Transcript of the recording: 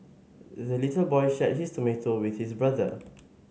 the little boy shared his tomato with his brother